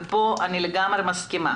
וכאן אני לגמרי מסכימה